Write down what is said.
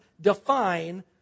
define